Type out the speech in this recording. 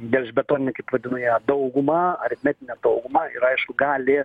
gelžbetoninę kaip vadinu ją daugumą aritmetinę daugumą ir aišku gali